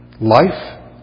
life